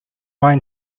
mind